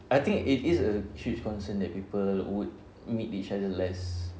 I think it is a chief concern that people would meet each other less